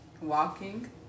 Walking